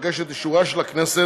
אבקש את אישורה של הכנסת